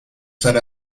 set